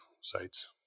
sites